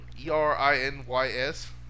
E-R-I-N-Y-S